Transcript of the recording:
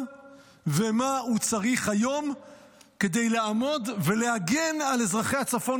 ומה הוא צריך היום כדי לעמוד ולהגן על אזרחי הצפון,